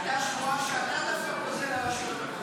הייתה שמועה שאתה דווקא פוזל לרשויות המקומיות.